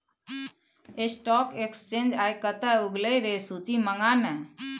stock exchange आय कते उगलै रै सूची मंगा ने